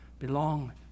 Belong